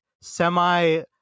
semi